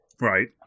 Right